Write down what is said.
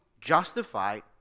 justified